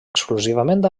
exclusivament